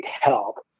help